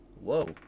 Whoa